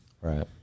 right